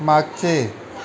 मागचे